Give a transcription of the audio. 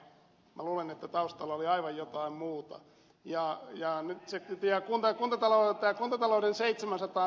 minä luulen että taustalla oli aivan jotain muuta ja jäänyt se työ jota kuntatalouteen tuntuvalla oli seitsemänsataa